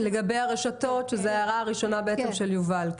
לגבי הרשתות, שזו ההערה הראשונה של יובל.